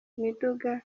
miduga